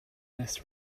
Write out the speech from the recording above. less